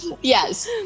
Yes